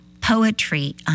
poetry